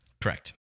Correct